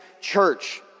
church